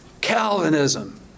Calvinism